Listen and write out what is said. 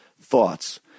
thoughts